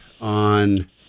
on